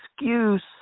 excuse